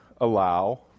allow